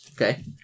Okay